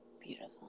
beautiful